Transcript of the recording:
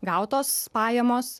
gautos pajamos